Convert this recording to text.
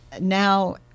now